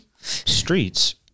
streets